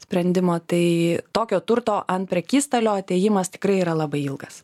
sprendimo tai tokio turto ant prekystalio atėjimas tikrai yra labai ilgas